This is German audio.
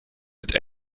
mit